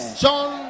John